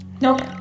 Nope